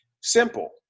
Simple